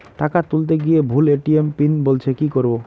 টাকা তুলতে গিয়ে ভুল এ.টি.এম পিন বলছে কি করবো?